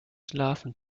schlafen